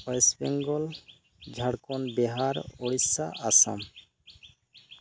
west Bengal Jharkhand Bihar Odisha Assam